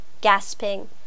gasping